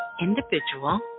individual